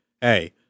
hey